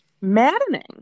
maddening